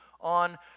on